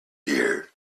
dear